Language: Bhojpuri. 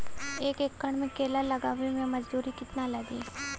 एक एकड़ में केला लगावे में मजदूरी कितना लागी?